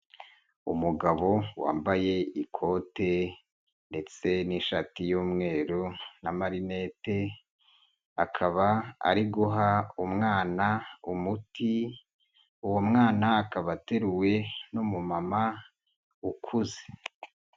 Umugabo wambaye ikote ndetse n'ishati y'umweru na amarineti akaba ari guha umwana umuti, uwo mwana akaba ateruwe n'umumama ukuze.